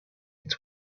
its